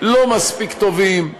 מספיק טובים,